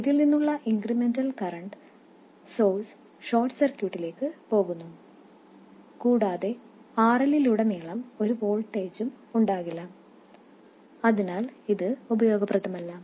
ഇതിൽ നിന്നുള്ള incremental current source short സർക്യൂട്ടിലേക്ക് പോകുന്നു കൂടാതെ RL ലുടനീളം ഒരു വോൾട്ടേജും ഉണ്ടാകില്ല അതിനാൽ ഇത് ഉപയോഗപ്രദമല്ല